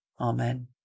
Amen